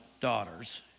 daughters